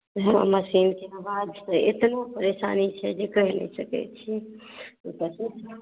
हँ मशीनकेँ आवाजसँ एतना परेशानी छै जे कहि नहि सकैत छी